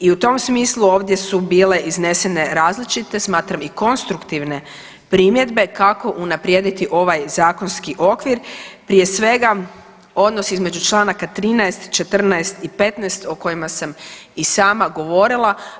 I u tom smislu ovdje su bile iznesene različite, smatram i konstruktivne primjedbe kako unaprijediti ovaj zakonski okvir, prije svega odnos između članaka 13., 14. i 15. o kojima sam i sama govorila.